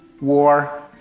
war